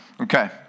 Okay